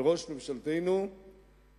וראש ממשלתנו מחריש.